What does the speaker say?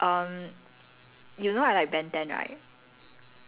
ya ya lor so I quite excited for that oh then another one